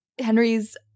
Henry's